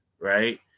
right